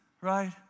right